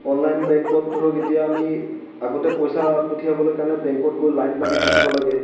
online বেংকত ধৰক এতিয়া আমি আগতে পইচা পঠিয়াবলৈ কাৰণে বেংকত গৈ লাইন পাতি থাকিব লাগে